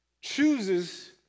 chooses